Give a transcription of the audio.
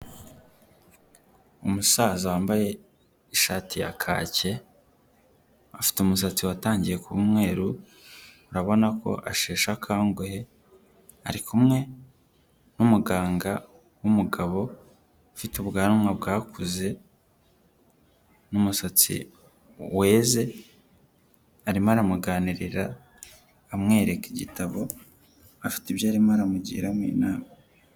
Umusaza wambaye ishati ya kake, afite umusatsi watangiye kuba umweru urabona ko asheshe akanguhe, ari kumwe n'umuganga w'umugabo ufite ubwanwa bwakuze n'umusatsi weze, arimo aramuganirira amwereka igitabo afite ibyo arimo aramugiramo inama.